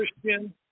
Christian